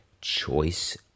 choice